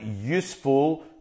useful